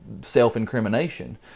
self-incrimination